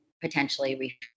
potentially